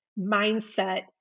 mindset